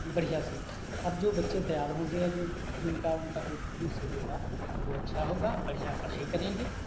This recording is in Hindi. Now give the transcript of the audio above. बढ़िया से अब जो बच्चे तैयार होंगे जो जिनका उनका जो भविष्य होगा जो वो अच्छा होगा बढ़िया पढ़ाई करेंगे